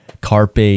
Carpe